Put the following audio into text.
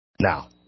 Now